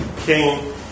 king